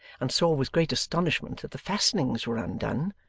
and saw with great astonishment that the fastenings were undone,